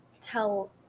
Tell